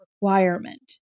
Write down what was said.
requirement